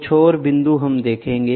कुछ और बिंदु हम देखेंगे